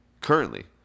currently